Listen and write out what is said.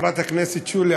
חברת הכנסת שולי,